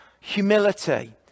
humility